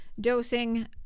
dosing